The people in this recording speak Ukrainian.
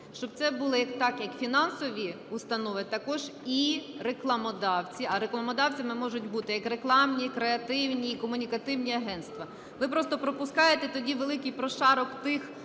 Щоб це було так, як фінансові установи, також і рекламодавці. А рекламодавцями можуть бути, як рекламні, креативні і комунікативні агентства. Ви просто пропускаєте тоді великий прошарок тих